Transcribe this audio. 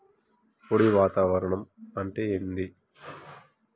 పొడి వాతావరణం అంటే ఏంది?